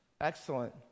Excellent